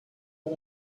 but